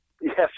yes